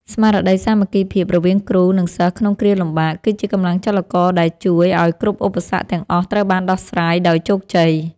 ស្មារតីសាមគ្គីភាពរវាងគ្រូ និងសិស្សក្នុងគ្រាលំបាក គឺជាកម្លាំងចលករដែលជួយឱ្យគ្រប់ឧបសគ្គទាំងអស់ត្រូវបានដោះស្រាយដោយជោគជ័យ។